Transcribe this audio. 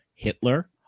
Hitler